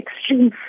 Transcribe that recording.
extreme